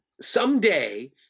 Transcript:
someday